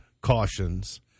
cautions